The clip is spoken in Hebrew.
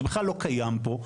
זה בכלל לא קיים פה,